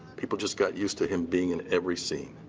people just got used to him being in every scene.